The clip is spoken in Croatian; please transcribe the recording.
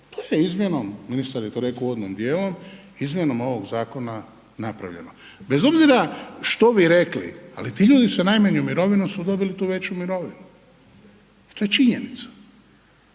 To je ministar rekao u uvodnom dijelu, izmjenom ovog zakona napravljeno, bez obzira što vi rekli ali ti ljudi sa najmanjom mirovinom su dobili tu veću mirovinu, to je činjenica.